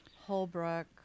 Holbrook